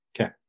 Okay